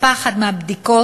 להפחתת הפחד מהבדיקות,